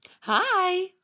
Hi